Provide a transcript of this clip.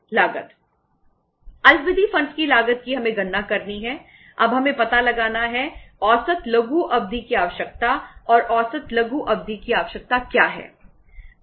अल्पावधि फंडस की लागत की हमें गणना करनी है अब हमें पता लगाना है औसत लघु अवधि की आवश्यकता और औसत लघु अवधि की आवश्यकता क्या है